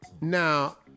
Now